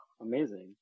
amazing